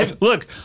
Look